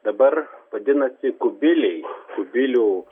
dabar vadinasi kubiliai kubilių